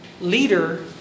leader